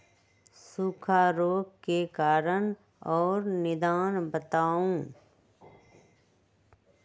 सूखा रोग के कारण और निदान बताऊ?